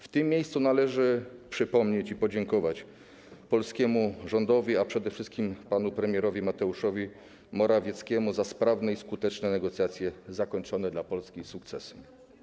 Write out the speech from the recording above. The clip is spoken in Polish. W tym miejscu należy o tym przypomnieć i podziękować polskiemu rządowi, a przede wszystkim panu premierowi Mateuszowi Morawieckiemu za sprawne i skuteczne negocjacje, zakończone dla Polski sukcesem.